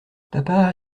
papa